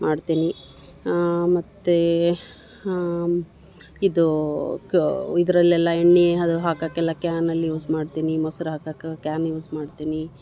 ಮಾಡ್ತೀನಿ ಮತ್ತು ಇದೂ ಕ್ ಇದರಲ್ಲೆಲ್ಲ ಎಣ್ಣೆ ಅದು ಹಾಕೋಕ್ಕೆಲ್ಲ ಕ್ಯಾನಲ್ ಯೂಸ್ ಮಾಡ್ತೀನಿ ಮೊಸ್ರು ಹಾಕೋಕೆ ಕ್ಯಾನ್ ಯೂಸ್ ಮಾಡ್ತೀನಿ